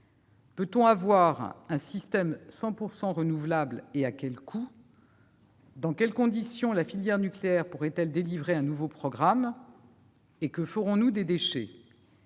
Peut-on avoir un système 100 % renouvelable, et à quel coût ? Dans quelles conditions la filière nucléaire pourrait-elle déployer un nouveau programme ? Et que ferons-nous des déchets ?